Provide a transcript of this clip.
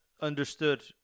understood